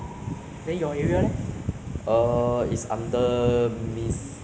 the division lah is under jalan kayu eh it's different from what we're in right now what